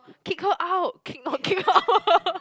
kick her out kick not kick her out